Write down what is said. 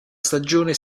stagione